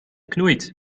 knoeit